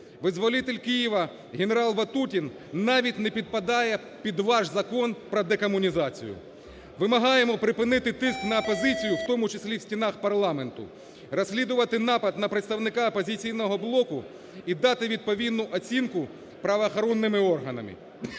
Визволитель Києва генерал Ватутін навіть не підпадає під ваш закон про декомунізацію. Вимагаємо припинити тиск на опозицію, в тому числі, в стінах парламенту, розслідувати напад на представника "Опозиційного блоку" і дати відповідну оцінку правоохоронними органами.